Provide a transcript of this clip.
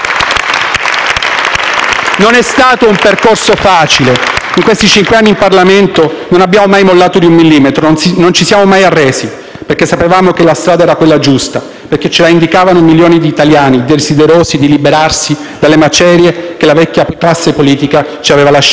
Non è stato un percorso facile. In questi cinque anni in Parlamento non abbiamo mai mollato di un millimetro. Non ci siamo mai arresi, perché sapevamo che la strada era quella giusta, perché ce la indicavano milioni di italiani desiderosi di liberarsi dalle macerie che la vecchia classe politica ci aveva lasciato.